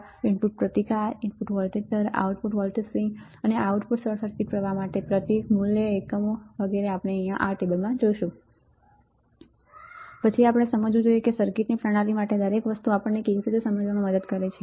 8 μA input પ્રતિકાર નોંધ1 Ri Vcc ±20v MΩ input voltage દર Vr ±12 ±13 v output voltage swing Vop p Vcc ±20v Rs≤10kΩ V Rs≤2kΩ Vcc ± 15v Rs≤10kΩ ±12 ±14 Rs≤2kΩ ±10 ±13 output short circuit પ્રવાહ Isc 10 40 mA પછી આપણે સમજવું જોઈએ કે સર્કિટની પ્રણાલી માટે દરેક વસ્તુ આપણને કેવી રીતે સમજવામાં મદદ કરે છે